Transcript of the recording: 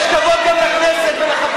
יש כבוד גם לכנסת ולחברי הכנסת.